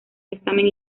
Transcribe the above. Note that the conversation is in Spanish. examen